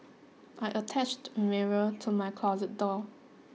I attached a mirror to my closet door